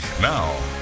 Now